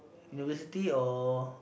university or